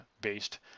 based